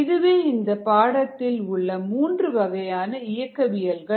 இதுவே இந்த பாடத்திட்டத்தில் உள்ள மூன்று வகையான இயக்கவியல்கள்